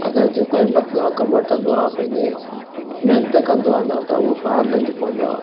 अगरि जेको हिमथ सां कमु वठंदो आहे पंहिंजे महिनत कंदो आहे न त हू पार लंगी पवंदो आहे